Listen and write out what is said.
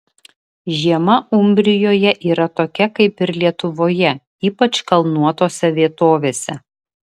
žiema umbrijoje yra tokia kaip ir lietuvoje ypač kalnuotose vietovėse